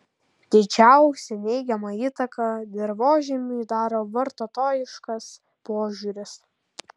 didžiausią neigiamą įtaką dirvožemiui daro vartotojiškas požiūris